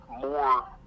more